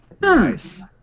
Nice